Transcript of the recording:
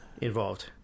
involved